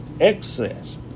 excess